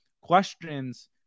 questions